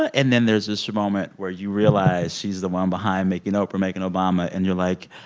ah and then there's this moment where you realize she's the one behind making oprah, making obama, and you're like,